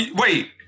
wait